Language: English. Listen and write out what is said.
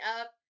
up